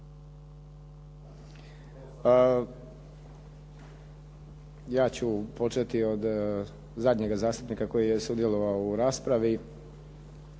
Ja ću početi od zadnjega zastupnika koji je sudjelovao u raspravi,